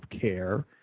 care